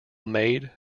made